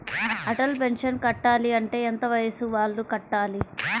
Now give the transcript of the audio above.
Atal pension కట్టాలి అంటే ఎంత వయసు వాళ్ళు కట్టాలి?